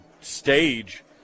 stage